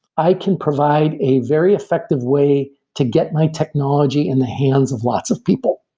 i can provide a very effective way to get my technology in the hands of lots of people.